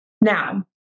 Now